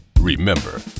Remember